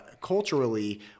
culturally